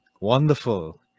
wonderful